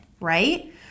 right